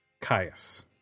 Caius